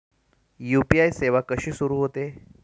UPI सेवा कशी सुरू होते?